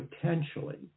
potentially